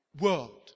world